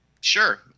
Sure